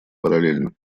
параллельно